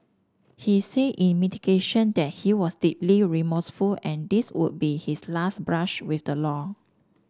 he say in mitigation that he was deeply remorseful and this would be his last brush with the law